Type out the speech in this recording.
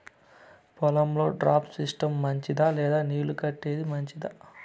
పొలం లో drip system మంచిదా లేదా నీళ్లు కట్టేది మంచిదా?